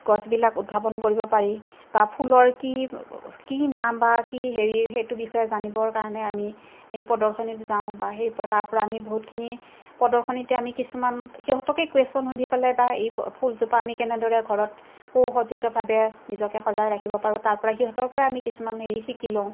গছবিলাক উদ্ভাৱন কৰিব পাৰি বা ফুলৰ কি কি নাম বা কি হেৰি সেইটো বিষয়ে জানিবৰ কাৰণে আমি প্ৰদৰ্শনীত যাওঁ বা সেই তাৰপৰা আমি বহুতখিনি প্ৰদৰ্শনীতে আমি কিছুমান সিহঁতকে কোৱেশ্যন সুধি পেলাই বা এই ফুলজোপা আমি কেনেদৰে ঘৰত সু সজ্জিতভাৱে নিজকে সজাই ৰাখিব পাৰোঁ তাৰপৰাই সিহঁতৰ পৰাই আমি কিছুমান হেৰি শিকি লওঁ